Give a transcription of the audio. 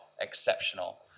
exceptional